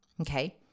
okay